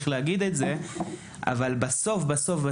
אבל למרות זאת, בסוף,